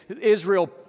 Israel